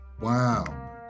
Wow